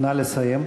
נא לסיים.